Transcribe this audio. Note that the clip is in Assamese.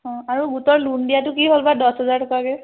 অঁ আৰু গোটৰ লোন দিয়াটো কি হ'ল বা দহ হাজাৰ টকাকে